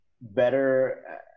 better